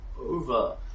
over